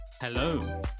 Hello